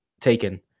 taken